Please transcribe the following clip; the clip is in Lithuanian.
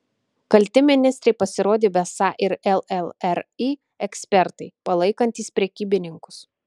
kalti ministrei pasirodė besą ir llri ekspertai palaikantys prekybininkus